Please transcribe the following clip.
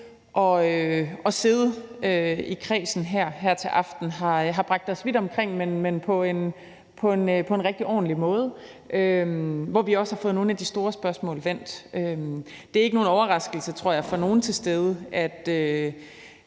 at sidde i kredsen her her til aften har bragt os vidt omkring, men på en rigtig ordentlig måde, hvor vi også har fået nogle af de store spørgsmål vendt. Det er ikke nogen overraskelse, tror jeg, for nogen af de